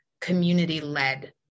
community-led